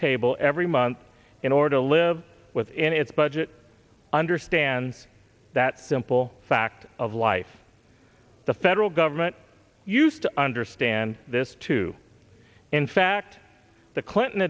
table every month in order to live within its budget understand that simple fact of life the federal government used to understand this too in fact the clinton